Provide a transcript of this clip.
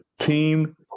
team